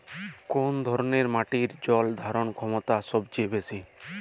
কোন ধরণের মাটির জল ধারণ ক্ষমতা সবচেয়ে বেশি?